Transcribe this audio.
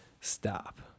Stop